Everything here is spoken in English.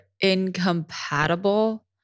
incompatible